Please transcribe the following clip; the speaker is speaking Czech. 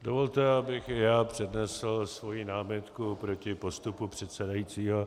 Dovolte, abych i já přednesl svoji námitku proti postupu předsedajícího.